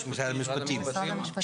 משרד המשפטים צריך לענות על כך.